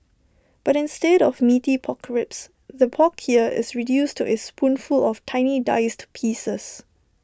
but instead of Meaty Pork Ribs the pork here is reduced to A spoonful of tiny diced pieces